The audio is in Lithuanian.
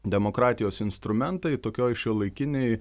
demokratijos instrumentai tokioj šiuolaikinėj